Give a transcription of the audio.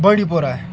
بانٛڈی پورہ